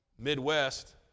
Midwest